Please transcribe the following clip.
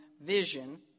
vision